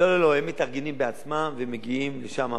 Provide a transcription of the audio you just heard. לא, לא, לא, הם מתארגנים בעצמם ומגיעים לשם.